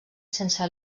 sense